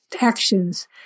actions